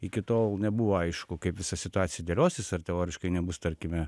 iki tol nebuvo aišku kaip visa situacija dėliosis ar teoriškai nebus tarkime